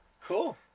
Cool